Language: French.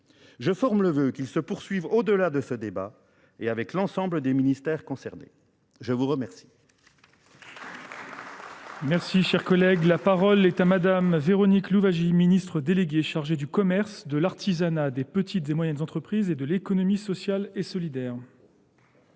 Je forme le voeu qu'ils se poursuivent au-delà de ce débat et avec l'ensemble des ministères concernés. Je vous remercie.